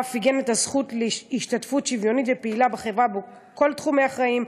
ואף עיגן את הזכות שלו להשתתפות שוויונית ופעילה בחברה בכל תחומי החיים,